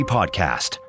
Podcast